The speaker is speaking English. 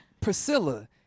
priscilla